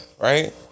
Right